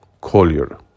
Collier